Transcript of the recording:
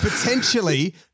potentially